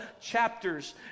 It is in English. chapters